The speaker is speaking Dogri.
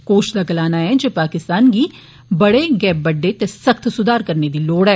कोश दा गलाना ऐ जे पाकिस्तान गी बड़े गै बड्डे ते सख्त सुधार करने दी लोड़ ऐ